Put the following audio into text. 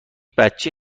بچه